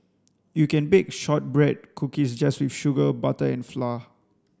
you can bake shortbread cookies just with sugar butter and flour